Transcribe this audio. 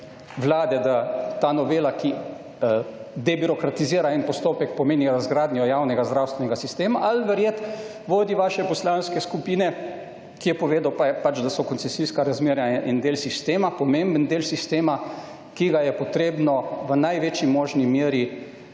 vlade, da ta novela, ki debirokratizira en postopek pomeni razgradnjo javnega zdravstvenega sistema ali verjeti vodji vaše poslanske skupine, ki je povedal, da so koncesijska razmerja en del sistema, pomemben del sistema, ki ga je potrebno v največji možni meri